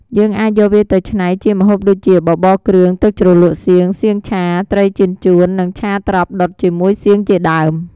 យើងអាចយកវាទៅឆ្នៃជាម្ហូបដូចជា បបរគ្រឿង ទឹកជ្រលក់សៀង សៀងឆា ត្រីចៀនចួន និង ឆាត្រប់ដុតជាមួយសៀងជាដើម។